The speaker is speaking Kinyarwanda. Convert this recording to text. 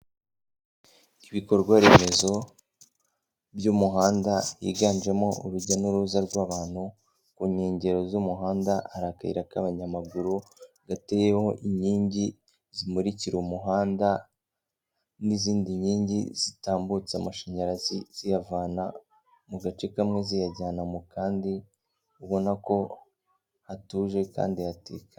Ibikorwa remezo by'umuhanda higanjemo urujya n'uruza rw'abantu, ku nkengero z'umuhanda hari akayira k'abanyamaguru gateyeho inkingi zimukira umuhanda n'izindi nkingi zitambutse amashanyarazi ziyavana mu gace kamwe ziyajyana mu kandi ubona ko hatuje kandi hatekana.